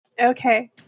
Okay